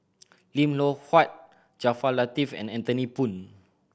Lim Loh Huat Jaafar Latiff and Anthony Poon